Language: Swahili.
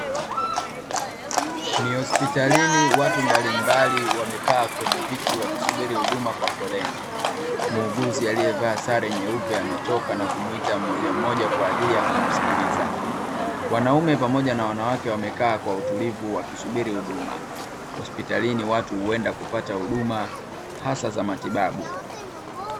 Ni hospitalini watu mbalimbali wamekaa kwenye viti wakisubiri huduma kwa foleni, muuguzi aliyevaa sare nyeupe ametoka na kumuita mmoja mmoja kwaajili ya kumsikiliza. Wanaume pamoja na wanawake wamekaa kwa utulivu wakisubiri huduma. Hospitalini watu huenda kupata huduma hasa za matibabu.